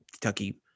Kentucky